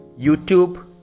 YouTube